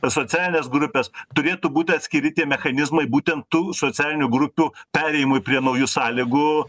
asocialios grupės turėtų būti atskiri tie mechanizmai būtent tų socialinių grupių perėjimui prie naujų sąlygų